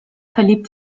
verliebt